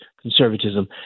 conservatism